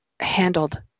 handled